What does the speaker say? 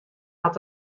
dat